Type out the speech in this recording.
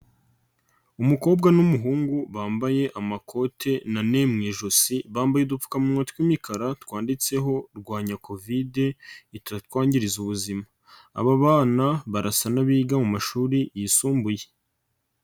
Umukobwa n'umuhungu bambaye amakote na ne mu ijosi, bambaye udupfukamunwa tw'imikara twanditseho rwanya Kovidi itatwangiriza ubuzima, aba bana barasa n'abiga mu mashuri yisumbuye.